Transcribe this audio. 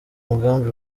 mugambi